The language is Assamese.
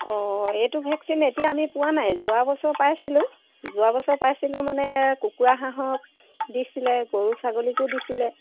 অঁ এইটো ভেকচিন এতিয়া আমি পোৱা নাই যোৱা বছৰ পাইছিলোঁ যোৱা বছৰ পাইছিলোঁ মানে কুকুৰা হাঁহক দিছিলে গৰু ছাগলীকো দিছিলে